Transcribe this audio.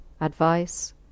advice